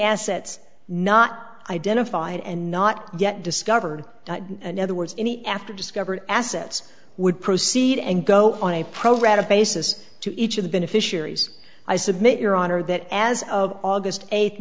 assets not identified and not yet discovered and other words in the after discovered assets would proceed and go on a pro rata basis to each of the beneficiaries i submit your honor that as of august eighth